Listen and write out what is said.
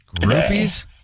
Groupies